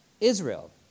Israel